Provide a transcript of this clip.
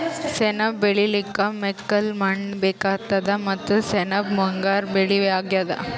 ಸೆಣಬ್ ಬೆಳಿಲಿಕ್ಕ್ ಮೆಕ್ಕಲ್ ಮಣ್ಣ್ ಬೇಕಾತದ್ ಮತ್ತ್ ಸೆಣಬ್ ಮುಂಗಾರ್ ಬೆಳಿ ಅಗ್ಯಾದ್